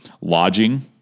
lodging